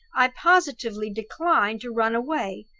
i positively decline to run away,